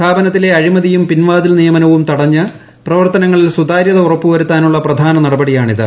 സ്ഥാപീനത്തിലെ അഴിമതിയും പിൻവാതിൽ നിയമനവും തടഞ്ഞ് പ്രവർത്തനങ്ങളിൽ സുതാര്യത ഉറപ്പുവരുത്താനുള്ള പ്രധാന നടപടിയാണിത്